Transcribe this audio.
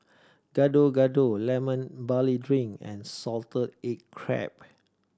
Gado Gado Lemon Barley Drink and salted egg crab